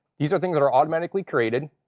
these are things that are automatically created.